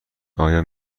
آیا